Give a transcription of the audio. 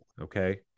okay